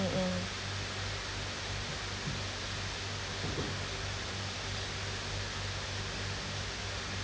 mm